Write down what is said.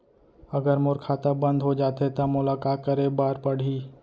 अगर मोर खाता बन्द हो जाथे त मोला का करे बार पड़हि?